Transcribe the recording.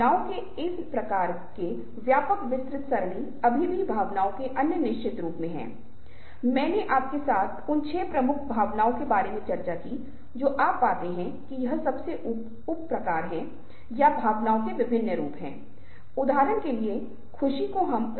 अब ये ऐसे मुद्दे हैं जो बातचीत से शुरू होते हैं जो संभवत बातचीत अनुनय संघर्ष प्रबंधन जैसे अन्य क्षेत्र से जुड़े होते हैं और ये कुछ चीजें हैं जो प्रोफेसर वीएन गिरि और प्रोफेसर॰ सुआर बाद के समय में उठाएंगे लेकिन मैं आपको इस विशेष संदर्भ में उनके बारे में अवगत करा रहा हूं